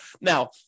Now